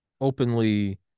openly